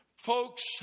Folks